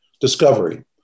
Discovery